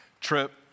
trip